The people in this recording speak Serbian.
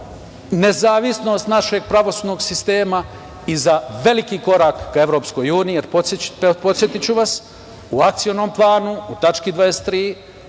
nezavisnost našeg pravosudnog sistema i za veliki korak ka EU, jer podsetiću vas u Akcionom planu u tački 23.